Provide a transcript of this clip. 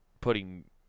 putting